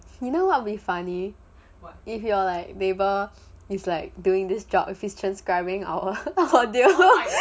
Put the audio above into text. you know what will be funny what if your neighbour is like doing this job if he is transcribing our audio